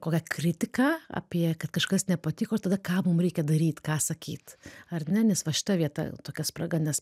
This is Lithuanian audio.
kokią kritiką apie kad kažkas nepatiko ir tada ką mum reikia daryt ką sakyt ar ne nes va šita vieta tokia spraga nes